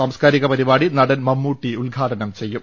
സംസ്കാരിക പരിപാടി നടൻ മമ്മൂട്ടി ഉദ്ഘാടനം ചെയ്യും